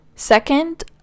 Second